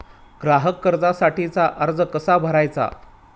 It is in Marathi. ग्राहक कर्जासाठीचा अर्ज कसा भरायचा?